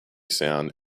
sound